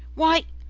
why,